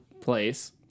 place